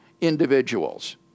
individuals